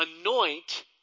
anoint